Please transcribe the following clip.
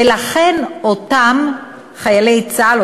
ולכן אותם חיילי צה"ל,